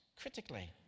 critically